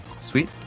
Sweet